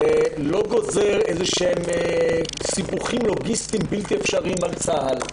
זה לא גוזר סיבוכים לוגיסטיים בלתי אפשריים על צה"ל.